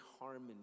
harmony